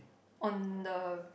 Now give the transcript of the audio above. on the